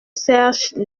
serge